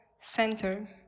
center